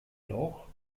loch